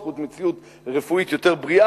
בזכות מציאות רפואית יותר בריאה.